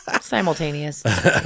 Simultaneous